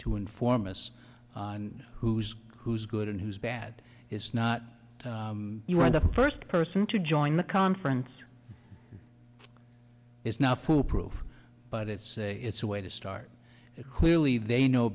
to inform us on who's who's good and who's bad is not you are the first person to join the conference it's not foolproof but it's it's a way to start it clearly they know